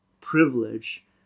privilege